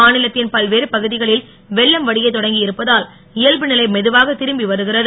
மாநிலத்தின் பல்வேறு பகுதிகளில் வெள்ளம் வடிய தொடங்கி இருப்பதால் இயல்பு நிலை மெதுவாக திரும்பி வருகிறது